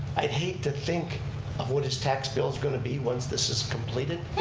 i'd hate to think of what his tax bill's going to be once this is completed.